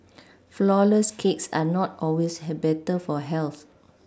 flourless cakes are not always had better for health